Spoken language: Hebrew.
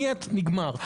נגמר.